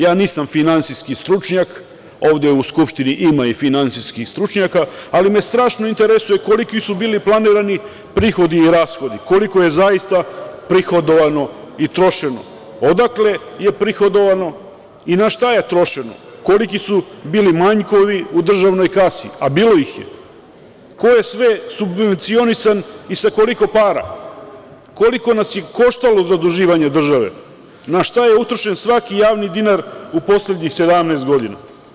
Ja nisam finansijski stručnjak, ovde u Skupštini ima i finansijskih stručnjaka, ali me strašno interesuje koliki su bili planirani prihodi i rashodi, koliko je zaista prihodovano i trošeno, odakle je prihodovano i na šta je trošeno, koliki su bili manjkovi u državnoj kasi, a bilo ih je, ko je sve subvencionisan i sa koliko para, koliko nas je koštalo zaduživanje države, na šta je utrošen svaki javni dinar u poslednjih 17 godina?